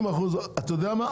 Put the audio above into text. אתה יודע מה,